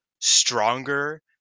stronger